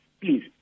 please